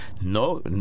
no